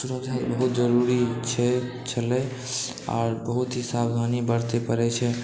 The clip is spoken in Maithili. सुरक्षाके बहुत जरूरी छै आओर बहुत ही सावधानी बरतै पड़ै छै